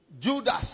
Judas